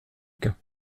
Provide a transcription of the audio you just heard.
cas